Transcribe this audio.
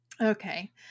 Okay